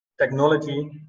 technology